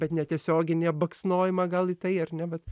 bet ne tiesioginį baksnojimą gal į tai ar ne bet